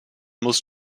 muss